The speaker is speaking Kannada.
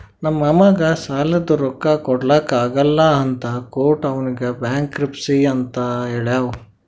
ನಮ್ ಮಾಮಾಗ್ ಸಾಲಾದ್ ರೊಕ್ಕಾ ಕೊಡ್ಲಾಕ್ ಆಗಲ್ಲ ಅಂತ ಕೋರ್ಟ್ ಅವ್ನಿಗ್ ಬ್ಯಾಂಕ್ರಪ್ಸಿ ಅಂತ್ ಹೇಳ್ಯಾದ್